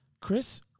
Chris